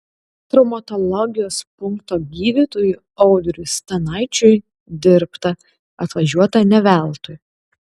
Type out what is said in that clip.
traumatologijos punkto gydytojui audriui stanaičiui dirbta atvažiuota ne veltui